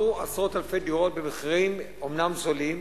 מכרו עשרות אלפי דירות במחירים אומנם זולים,